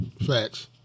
Facts